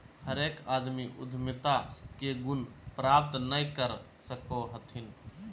हरेक आदमी उद्यमिता के गुण प्राप्त नय कर सको हथिन